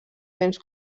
béns